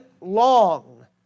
long